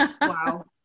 Wow